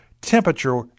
temperature